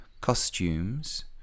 costumes